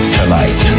tonight